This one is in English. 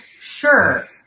sure